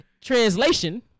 translation